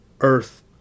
earth